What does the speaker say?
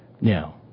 Now